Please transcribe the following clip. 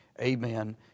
Amen